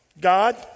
God